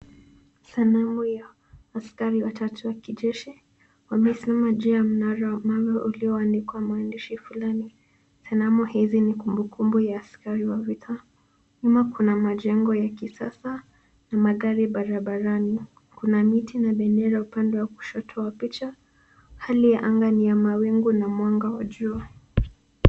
Sanamu ya askari watatu wakijeshi wamesimama juu ya mnara wa mawe ulio andikwa maandishi fulani. Sanamu hizi ni kumbukumbu ya askari wa vita, nyuma kuna majengo ya kisasa na magari barabarani kuna miti na bendera upande wa kushoto wa picha hali ya anga ni ya mawingu na mwanga wa jua.